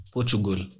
Portugal